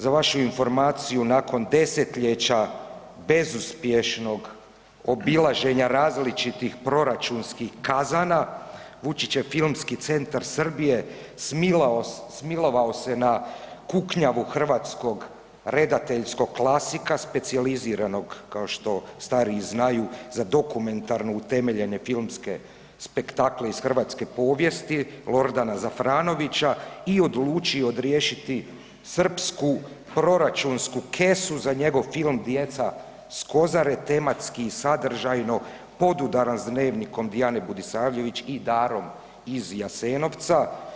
Za vašu informaciju nakon desetljeća bezuspješnog obilaženja različitih proračunskih kazana Vučićev Filmski centar Srbije smilovao se na kuknjavu hrvatskog redateljskog klasika specijaliziranog kao što stariji znaju za dokumentarno utemeljene filmske spektakle iz hrvatske povijesti Lordana Zafranovića i odlučio odriješiti srpsku proračunsku kesu za njegov film „Djeca s Kozare“ tematski i sadržajno podudaran s „Dnevnikom Diane Budisavljević“ i „Darom iz Jasenovca“